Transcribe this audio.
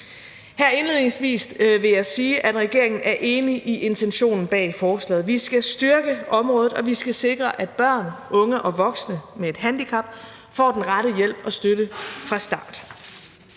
Her indledningsvis vil jeg sige, at regeringen er enig i intentionen bag forslaget. Vi skal styrke området, og vi skal sikre, at børn, unge og voksne med et handicap får den rette hjælp og støtte fra start.